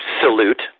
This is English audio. salute